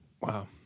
Wow